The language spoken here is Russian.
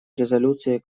резолюции